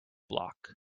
block